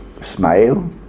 smile